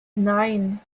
nein